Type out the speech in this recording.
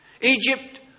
Egypt